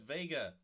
Vega